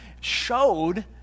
showed